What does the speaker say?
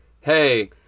Hey